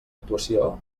actuació